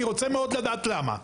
אני רוצה מאוד לדעת למה.